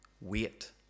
wait